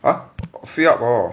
ah 我 fill up all